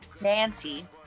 Nancy